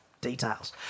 details